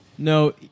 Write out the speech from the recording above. No